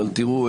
אבל תראו,